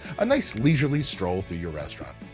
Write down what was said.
a nice leisurely stroll through your restaurant.